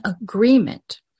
agreement